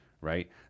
right